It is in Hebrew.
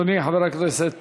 אדוני, חבר הכנסת